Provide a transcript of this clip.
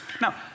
Now